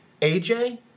AJ